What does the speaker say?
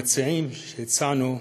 אבל המציעים שהציעו,